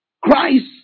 christ